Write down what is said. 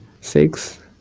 six